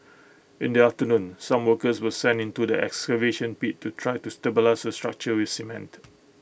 in the afternoon some workers were sent into the excavation pit to try to stabilise the structure with cement